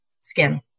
skin